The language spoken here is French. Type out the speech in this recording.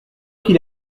qu’il